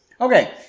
Okay